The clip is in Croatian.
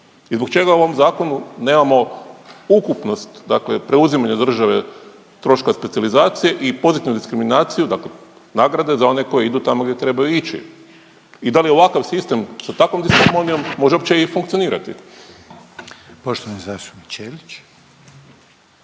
zbog čega u ovom zakonu nemamo ukupnost dakle preuzimanja države troška specijalizacije i pozitivnu diskriminaciju, dakle nagrade za one koji idu tamo gdje trebaju ići i da li ovakav sistem sa takvom disharmonijom može uopće i funkcionirati? **Reiner,